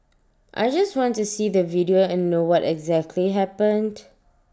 I just want to see the video and know what exactly happened